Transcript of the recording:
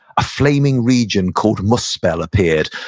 a flaming region called muspell appeared.